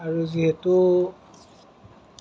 আৰু যিহেতু